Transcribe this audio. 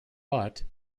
but